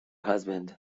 husband